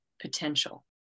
potential